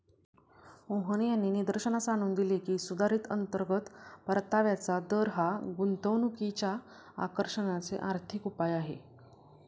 मोहन यांनी निदर्शनास आणून दिले की, सुधारित अंतर्गत परताव्याचा दर हा गुंतवणुकीच्या आकर्षणाचे आर्थिक उपाय आहे